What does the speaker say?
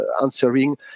answering